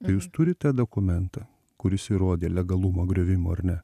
ar jūs turit tą dokumentą kuris įrodė legalumą griovimo ar ne